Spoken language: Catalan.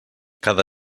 cada